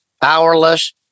powerless